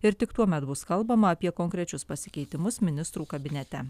ir tik tuomet bus kalbama apie konkrečius pasikeitimus ministrų kabinete